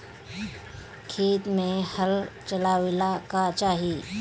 खेत मे हल चलावेला का चाही?